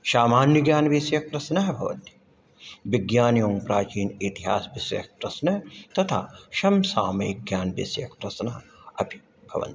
समान्यज्ञानविषयस्य प्रश्नः भवति विज्ञानमेव प्राचीनेतिहासस्य विषये प्रश्नाः तथा शंसामेक्यान् विषये प्रश्नाः अपि भवन्ति